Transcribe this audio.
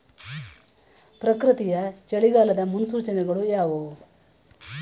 ಪ್ರಕೃತಿಯ ಚಳಿಗಾಲದ ಮುನ್ಸೂಚನೆಗಳು ಯಾವುವು?